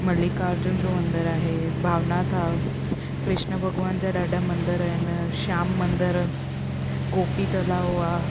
मलिका अर्जून जो मंदरु आहे भावनाथा कृष्न भॻवान जा ॾाढा मंदर आहिनि शाम मंदरु गोपीतलाउ आहे